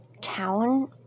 town